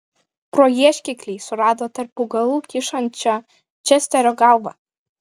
pro ieškiklį surado tarp augalų kyšančią česterio galvą